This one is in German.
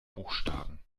buchstaben